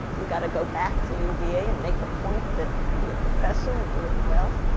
you've got to go back to uva and make a point that you can be a professor and do it well.